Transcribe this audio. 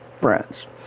friends